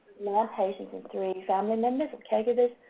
nine patients, and three family members or caregivers.